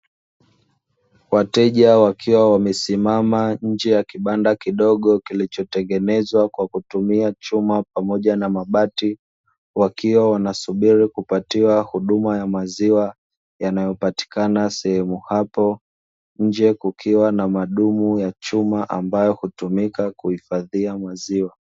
Wateja wakiwa wamesimama nje ya kibanda kidogo kilichotengenezwa kwa kutumia chuma pamoja na mabati. Wakiwa wanasubiri kupatiwa huduma ya maziwa, yanayopatikana sehemu hapo nje kukiwa na madumu ya chuma, ambayo hutumika kuhifadhia maziwa.